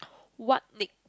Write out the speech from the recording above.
what nick~